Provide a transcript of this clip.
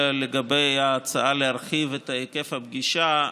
לגבי ההצעה להרחיב את היקף הפגישה,